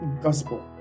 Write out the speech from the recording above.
gospel